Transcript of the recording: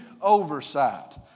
oversight